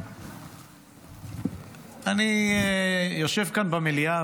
אני יושב כאן במליאה,